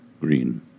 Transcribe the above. Green